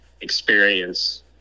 experience